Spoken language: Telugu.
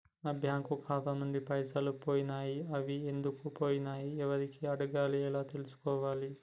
నా బ్యాంకు ఖాతా నుంచి పైసలు పోయినయ్ అవి ఎందుకు పోయినయ్ ఎవరిని అడగాలి ఎలా తెలుసుకోవాలి?